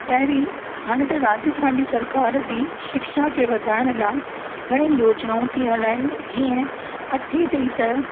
पहिरीं हाणे त राजस्थान जी सरकार बि शिक्षा खे वधाइण लाइ घणे योजनाऊं थी हलाए जीअं अठे ताईं त